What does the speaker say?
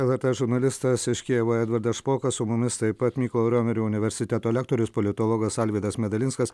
lrt žurnalistas iš kijevo edvardas špokas su mumis taip pat mykolo romerio universiteto lektorius politologas alvydas medalinskas